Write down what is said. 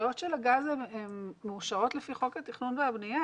התוכניות של הגז מאושרות לפי חוק התכנון והבנייה,